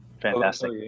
fantastic